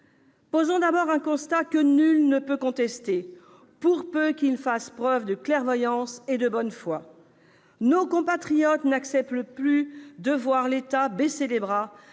Partons d'un constat que nul ne peut contester, pour peu qu'il fasse preuve de clairvoyance et de bonne foi : nos compatriotes n'acceptent plus de voir l'État baisser les bras